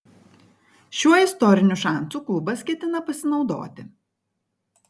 šiuo istoriniu šansu klubas ketina pasinaudoti